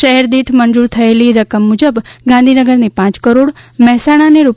શહેર દીઠ મંજૂર થયેલી રકમ મુજબ ગાંધીનગરને પ કરોડ મહેસાણાને રૂ